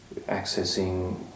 accessing